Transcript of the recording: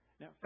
Now